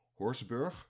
Horsburg